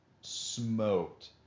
smoked